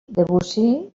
debussy